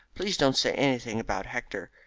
please don't say anything about hector.